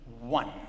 one